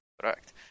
correct